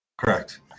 Correct